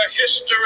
history